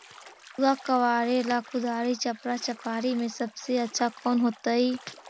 आलुआ कबारेला कुदारी, चपरा, चपारी में से सबसे अच्छा कौन होतई?